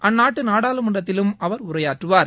அந்நாட்டு நாடாளுமன்றத்திலும் அவர் உரையாற்றுவார்